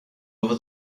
over